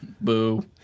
Boo